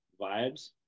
vibes